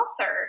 author